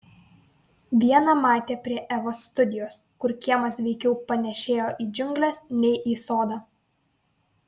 vieną matė prie evos studijos kur kiemas veikiau panėšėjo į džiungles nei į sodą